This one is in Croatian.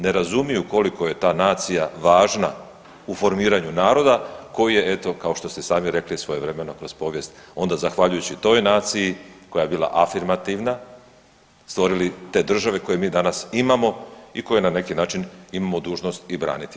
Ne razumiju koliko je ta nacija važna u formiranju naroda koji je eto kao što ste i sami rekli svojevremeno kroz povijest onda zahvaljujući toj naciji koja je bila afirmativna stvorili te države koje mi danas imamo i koje na neki način imamo dužnost i braniti.